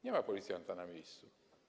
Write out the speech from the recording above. Nie ma policjanta na miejscu.